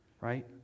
right